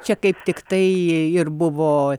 čia kaip tiktai ir buvo